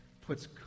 puts